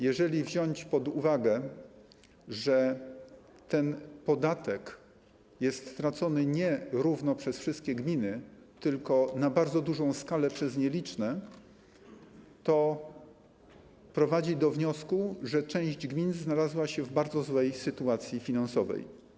Jeżeli weźmiemy pod uwagę, że ten podatek nie jest tracony równo przez wszystkie gminy, tylko na bardzo dużą skalę przez nieliczne, to prowadzi to do wniosku, że część gmin znalazła się w bardzo złej sytuacji finansowej.